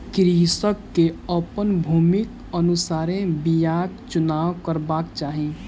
कृषक के अपन भूमिक अनुसारे बीयाक चुनाव करबाक चाही